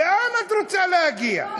לאן את רוצה, לאן את רוצה להגיע?